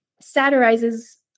satirizes